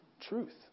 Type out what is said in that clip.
truth